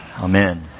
Amen